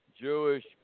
Jewish